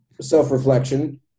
self-reflection